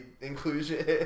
inclusion